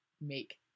make